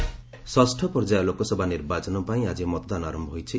polling ଷଷ୍ଠ ପର୍ଯ୍ୟାୟ ଲୋକସଭା ନିର୍ବାଚନ ପାଇଁ ଆଜି ମତଦାନ ଆରମ୍ଭ ହୋଇଛି